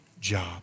job